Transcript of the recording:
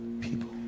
people